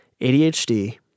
ADHD